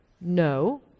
no